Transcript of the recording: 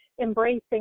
embracing